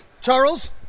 Charles